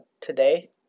today